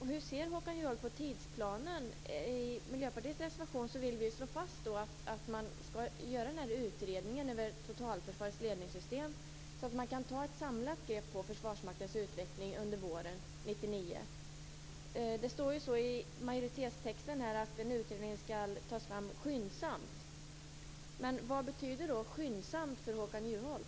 Hur ser Håkan Juholt på tidsplanen? I Miljöpartiets reservation vill vi slå fast att man skall göra en utredning av totalförsvarets ledningssystem så att man kan ta ett samlat grepp på Försvarsmaktens utveckling under våren 1999. Det står i majoritetstexten att en utredning skall tas fram skyndsamt. Men vad betyder då skyndsamt för Håkan Juholt?